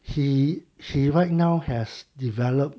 he he right now has developed